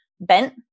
bent